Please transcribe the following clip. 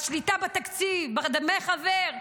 השליטה בתקציב, בדמי חבר.